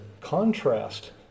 contrast